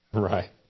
Right